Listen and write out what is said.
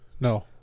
No